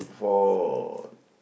for